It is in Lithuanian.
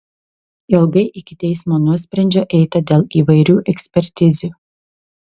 ilgai iki teismo nuosprendžio eita dėl įvairių ekspertizių